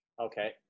Okay